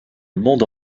monde